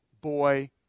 boy